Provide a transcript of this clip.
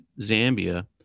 Zambia